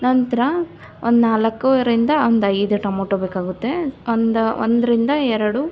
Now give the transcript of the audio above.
ನಂತರ ಒಂದು ನಾಲ್ಕರಿಂದ ಒಂದು ಐದು ಟೊಮಟೊ ಬೇಕಾಗುತ್ತೆ ಒಂದು ಒಂದರಿಂದ ಎರಡು